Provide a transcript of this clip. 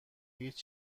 هیچ